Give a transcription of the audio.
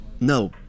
No